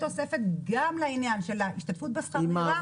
בתוספת גם לעניין ההשתתפות בשכר דירה.